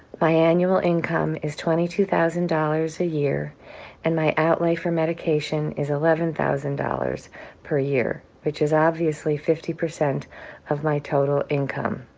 my annual income is twenty two thousand dollars a year and my outlay for medication is eleven thousand dollars per year, which is obviously fifty percent of my total income.